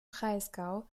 breisgau